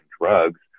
drugs